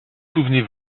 souvenez